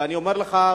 ואני אומר לך,